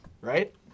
right